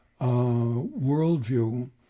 worldview